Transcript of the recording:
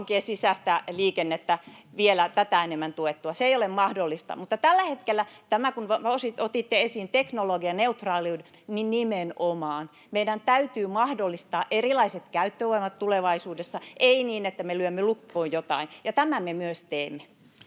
kaupunkien sisäistä liikennettä vielä tätä enemmän tuettua. Se ei ole mahdollista. Mutta tällä hetkellä, kun otitte esiin teknologianeutraaliuden, meidän täytyy nimenomaan mahdollistaa erilaiset käyttövoimat tulevaisuudessa, ei niin, että me lyömme lukkoon jotain. Ja tämän me myös teemme.